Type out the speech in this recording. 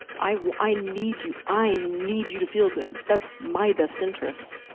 i i need you, i need you to feel good. that's my best interests.